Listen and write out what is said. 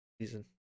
season